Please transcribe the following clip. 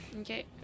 okay